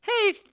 hey